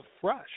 fresh